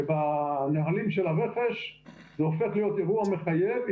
ובנהלים של הרכש זה הופך להיות אירוע מחייב,